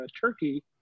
Turkey